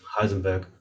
Heisenberg